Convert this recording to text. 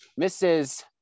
Mrs